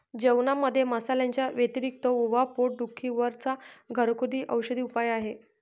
जेवणामध्ये मसाल्यांच्या व्यतिरिक्त ओवा पोट दुखी वर चा घरगुती औषधी उपाय आहे